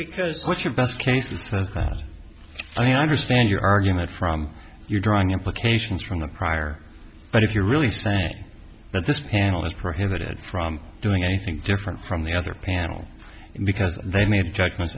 because what's your best case the sense that i understand your argument from your drawing implications from the prior but if you're really saying that this panel is prohibited from doing anything different from the other panel because they made judgments